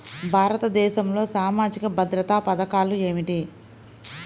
భారతదేశంలో సామాజిక భద్రతా పథకాలు ఏమిటీ?